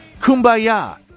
Kumbaya